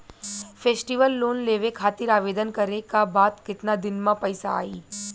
Festival loan लेवे खातिर आवेदन करे क बाद केतना दिन म पइसा आई?